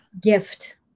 gift